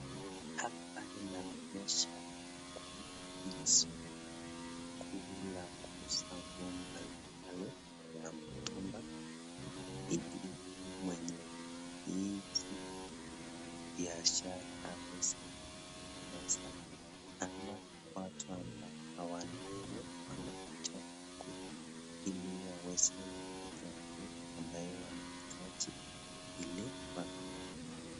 Hapa inamaanisha kwamba mtu anataka kula au kusangua zile zile za mtumba. Kwa hiyo mwenye biashara anaweza kupata pesa ama watu ambao hawanakula wese wanapata vile ambavyo wanahitaji ile kwa